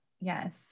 Yes